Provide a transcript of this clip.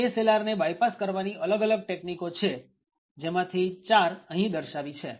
ASLRને bypass કરવાની અલગ અલગ તકનીકો છે જેમાંથી ૪ અહી દર્શાવી છે